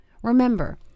Remember